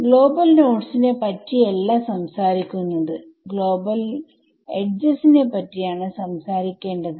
global nodes നെ പറ്റിയില്ല സംസാരിക്കുന്നത് ഗ്ലോബൽ എഡ്ജസ് നെ പറ്റിയാണ് സംസാരിക്കേണ്ടത്